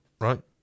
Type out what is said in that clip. Right